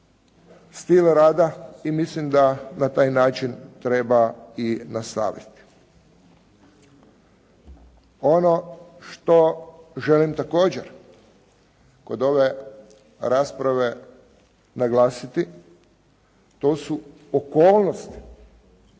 stil rada i mislim da na taj način treba i nastaviti. Ono što želim također kod ove rasprave naglasiti, to su okolnosti.